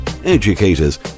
educators